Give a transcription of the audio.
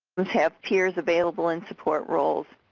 have peers available in support roles.